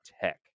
Tech